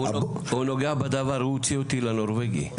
הוא נוגע בדבר, הוא הוציא אותי לנורבגי.